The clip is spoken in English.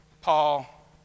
Paul